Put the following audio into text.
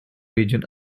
region